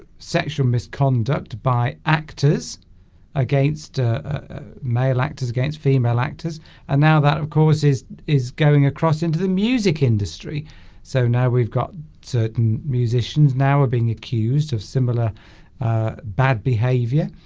sexual misconduct by actors against male actors against female actors and now that of course is is going across into the music industry so now we've got certain musicians now are being accused of similar bad behaviour